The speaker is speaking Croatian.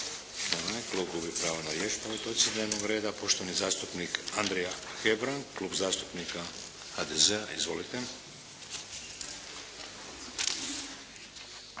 Klub gubi pravo na riječ po ovoj točci dnevnog reda. Poštovani zastupnik Andrija Hebrang, Klub zastupnika HDZ-a. Izvolite.